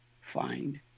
find